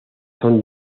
son